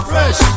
Fresh